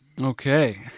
Okay